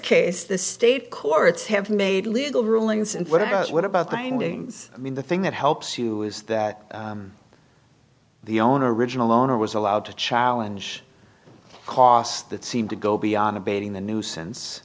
case the state courts have made legal rulings and what it does what about paintings i mean the thing that helps you is that the owner original owner was allowed to challenge costs that seem to go beyond abating the nuisance